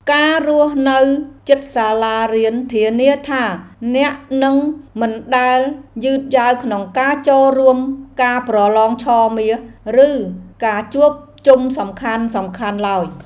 ការរស់នៅជិតសាលារៀនធានាថាអ្នកនឹងមិនដែលយឺតយ៉ាវក្នុងការចូលរួមការប្រឡងឆមាស ឬការជួបជុំសំខាន់ៗឡើយ។